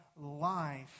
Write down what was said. life